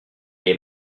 est